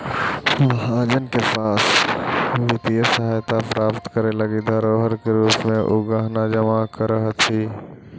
महाजन के पास वित्तीय सहायता प्राप्त करे लगी धरोहर के रूप में उ गहना जमा करऽ हथि